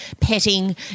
petting